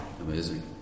amazing